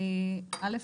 ראשית,